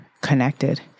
connected